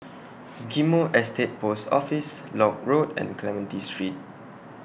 Ghim Moh Estate Post Office Lock Road and Clementi Street